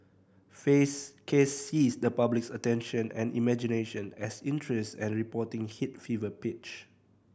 Fay's case seized the public's attention and imagination as interest and reporting hit fever pitch